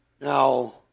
Now